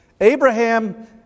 Abraham